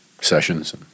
sessions